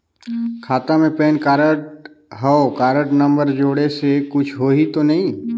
खाता मे PAN card और हव कारड नंबर जोड़े से कुछ होही तो नइ?